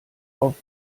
auf